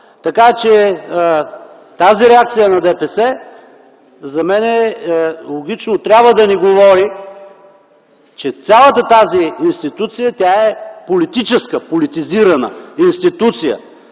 Така че, тази реакция на ДПС, за мен, логично трябва да ни говори, че цялата тази институция е политическа - политизирана институция,